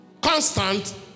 constant